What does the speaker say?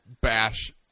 bash